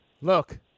Look